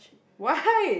why